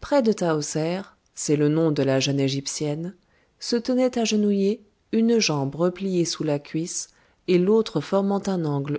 près de tahoser c'est le nom de la jeune égyptienne se tenait agenouillée une jambe repliée sous la cuisse et l'autre formant un angle